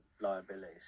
liabilities